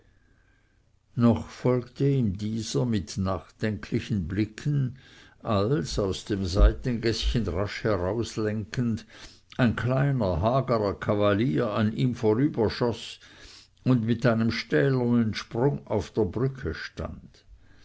noch folgte ihm dieser mit nachdenklichen blicken als aus dem seitengäßchen rasch herauslenkend ein kleiner hagerer kavalier an ihm vorüberschoß und mit einem stählernen sprung auf der brücke stand